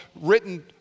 written